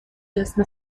جسم